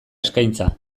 eskaintza